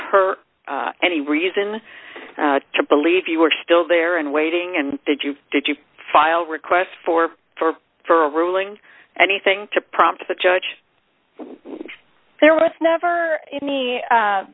her any reason to believe you were still there and waiting and did you did you file requests for for for a ruling anything to prompt the judge there was never any